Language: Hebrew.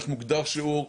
כיצד מוגדר שיעור.